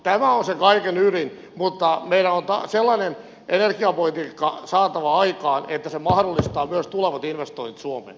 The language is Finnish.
tämä on se kaiken ydin mutta meidän on sellainen energiapolitiikka saatava aikaan että se mahdollistaa myös tulevat investoinnit suomeen